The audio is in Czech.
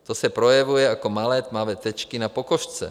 To se projevuje jako malé tmavé tečky na pokožce.